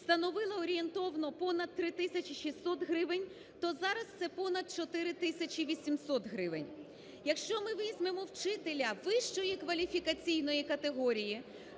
становила орієнтовно понад 3 тисячі 600 гривень, то зараз це понад 4 тисячі 800 гривень. Якщо ми візьмемо вчителя вищої кваліфікаційної категорії,